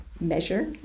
measure